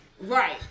Right